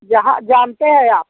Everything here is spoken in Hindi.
जहाँ जानते हैं आप